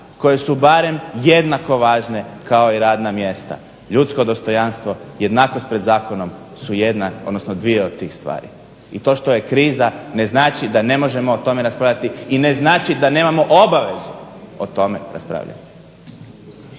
koje su barem jednako važne kao i radna mjesta – ljudsko dostojanstvo, jednakost pred zakonom su jedna, odnosno dvije od tih stvari. I to što je kriza ne znači da ne možemo o tome raspravljati i ne znači da nemamo obavezu o tome raspravljati.